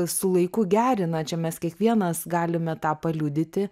su laiku gerina čia mes kiekvienas galime tą paliudyti